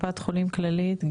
קופת חולים כללית,